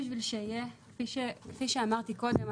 כפי שאמרתי קודם,